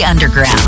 underground